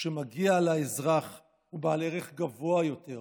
שמגיע לאזרח הוא בעל ערך גבוה יותר,